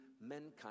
mankind